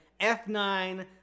F9